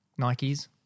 Nikes